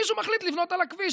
מישהו מחליט לבנות על הכביש,